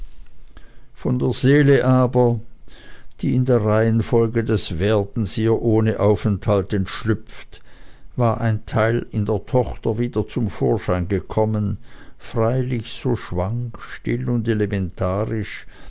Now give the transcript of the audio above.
von der seele aber die in der reihenfolge des werdens ihr ohne aufenthalt entschlüpft war ein teil in der tochter wieder zum vorschein gekommen freilich so schwank still und elementarisch